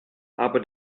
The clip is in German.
aber